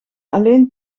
alleen